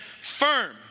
firm